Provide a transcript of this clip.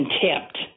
contempt